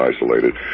isolated